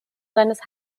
seines